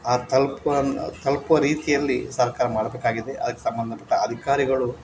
ಆ ತಲ್ಪಿ ತಲುಪುವ ರೀತಿಯಲ್ಲಿ ಸರ್ಕಾರ ಮಾಡಬೇಕಾಗಿದೆ ಅದ್ಕೆ ಸಂಬಂಧಪಟ್ಟ ಅಧಿಕಾರಿಗಳು